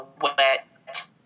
wet